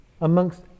amongst